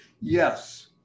Yes